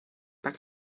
back